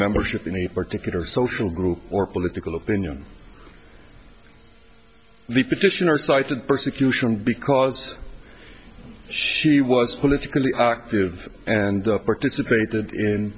membership in a particular social group or political opinion the petitioner cited persecution because she was politically active and participated in